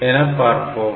என பார்ப்போம்